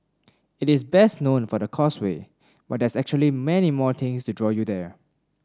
it is best known for the Causeway but there's actually many more things to draw you there